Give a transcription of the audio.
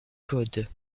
code